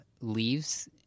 leaves